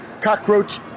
Cockroach